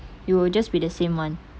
it will just be the same [one]